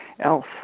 else